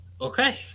Okay